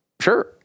sure